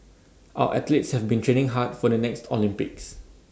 our athletes have been training hard for the next Olympics